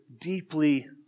deeply